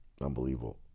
Unbelievable